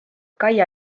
kaia